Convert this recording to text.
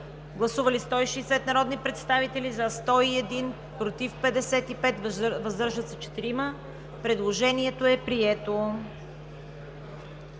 Гласували 143 народни представители: за 105, против 38, въздържали се няма. Предложението е прието.